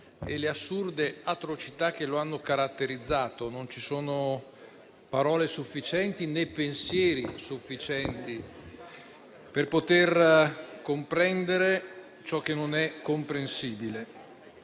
e le assurde atrocità che lo hanno caratterizzato. Non ci sono parole, né pensieri sufficienti per poter comprendere ciò che non è comprensibile,